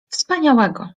wspaniałego